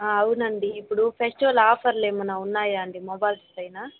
అవునండీ ఇప్పుడు ఫెస్టివల్ ఆఫర్లు ఏమైనా ఉన్నాయా అండి మొబైల్స్ పైన